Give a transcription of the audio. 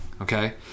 okay